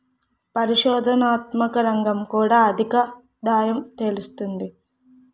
పరిశోధనాత్మక రంగం కూడా అధికాదాయం తెస్తుంది